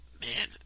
man